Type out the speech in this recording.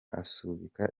asubika